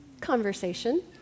conversation